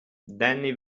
danny